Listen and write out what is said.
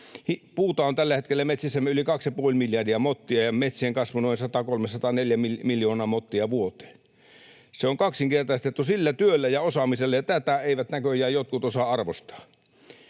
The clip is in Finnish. Puuta on tällä hetkellä metsissämme yli kaksi ja puoli miljardia mottia, ja metsien kasvu on noin 103—104 miljoonaa mottia vuoteen. Se on kaksinkertaistettu sillä työllä ja osaamisella, ja tätä eivät näköjään jotkut osaa arvostaa.